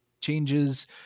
changes